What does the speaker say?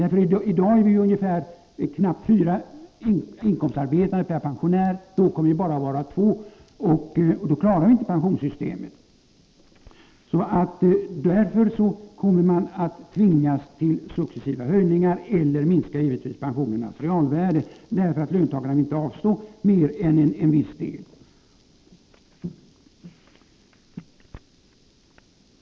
I dag har vi knappt fyra inkomsttagare per pensionär, men år 2000 kommer vi att ha bara två, och då klarar vi inte pensionssystemet. Vi kommer alltså att tvingas till successiva höjningar av ATP-avgiften. I annat fall minskar givetvis pensionernas realvärde, eftersom löntagarna inte vill avstå mer än en viss del.